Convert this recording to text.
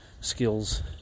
skills